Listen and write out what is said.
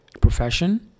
profession